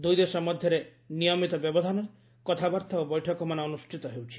ଦୁଇ ଦେଶ ମଧ୍ୟରେ ନିୟମିତ ବ୍ୟବଧାନରେ କଥାବାର୍ତ୍ତା ଓ ବୈଠକମାନ ଅନୁଷ୍ଠିତ ହେଉଛି